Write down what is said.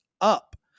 up